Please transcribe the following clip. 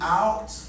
out